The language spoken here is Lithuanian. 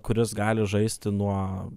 kuris gali žaisti nuo